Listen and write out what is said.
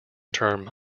term